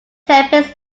tempest